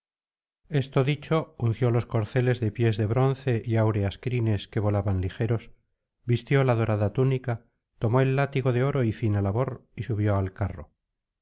esto dicho unció los corceles de pies de bronce y áureas crines que volaban ligeros vistió la dorada túnica tomó el látigo de oro y fina labor y subió al carro